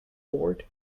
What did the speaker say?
bored